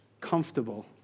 comfortable